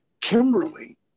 Kimberly